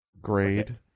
grade